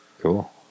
Cool